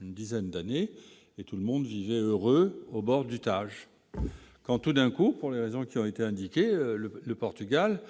une dizaine d'années, et tout le monde heureuse au bord du Tage quand tout d'un coup pour les raisons qui ont été indiquées le le Portugal